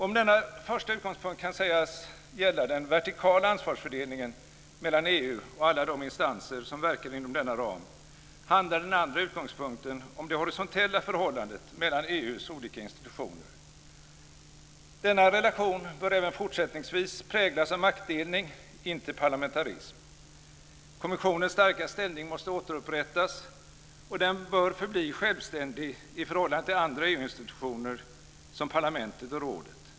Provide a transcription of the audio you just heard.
Om denna första utgångspunkt kan sägas gälla den vertikala ansvarsfördelningen mellan EU och alla de instanser som verkar inom denna ram, handlar den andra utgångspunkten om det horisontella förhållandet mellan EU:s olika institutioner. Denna relation bör även fortsättningsvis präglas av maktdelning - inte parlamentarism. Kommissionens starka ställning måste återupprättas, och den bör förbli självständig i förhållande till andra EU-institutioner som parlamentet och rådet.